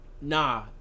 nah